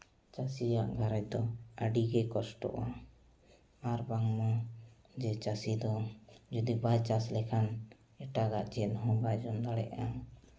ᱪᱟᱹᱥᱤᱭᱟᱜ ᱜᱷᱟᱨᱚᱸᱡᱽ ᱫᱚ ᱟᱹᱰᱤᱜᱮ ᱠᱚᱥᱴᱚᱜᱼᱟ ᱟᱨ ᱵᱟᱝᱢᱟ ᱡᱮ ᱪᱟᱹᱥᱤ ᱫᱚ ᱡᱩᱫᱤ ᱵᱟᱭ ᱪᱟᱥ ᱞᱮᱠᱟᱱ ᱮᱴᱟᱜᱟᱜ ᱪᱮᱫ ᱦᱚᱸ ᱵᱟᱭ ᱡᱚᱢ ᱫᱟᱲᱮᱭᱟᱜᱼᱟ